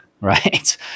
right